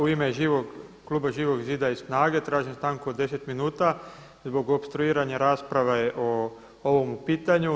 U ime kluba Živog zida i SNAGA-e tražim stanku od 10 minuta zbog opstruiranja rasprave o ovom pitanju.